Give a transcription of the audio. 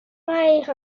mair